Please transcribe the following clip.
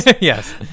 Yes